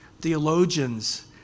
theologians